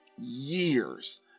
years